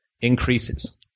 increases